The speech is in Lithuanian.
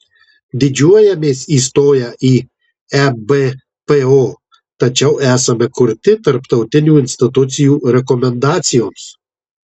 didžiuojamės įstoję į ebpo tačiau esame kurti tarptautinių institucijų rekomendacijoms